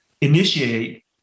initiate